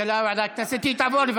המפלים תלמידים ברישום אליהם (תיקוני חקיקה),